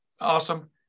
awesome